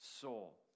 soul